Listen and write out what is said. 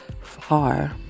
far